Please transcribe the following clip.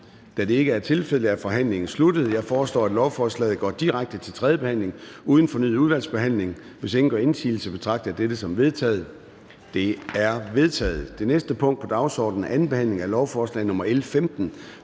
Da det ikke er tilfældet er forhandlingen sluttet. Jeg foreslår, at lovforslaget går direkte til tredje behandling uden fornyet udvalgsbehandling, og hvis ingen gør indsigelse, betragter jeg dette som vedtaget. Det er vedtaget. --- Det næste punkt på dagsordenen er: 13) 2. behandling af lovforslag nr. L 15: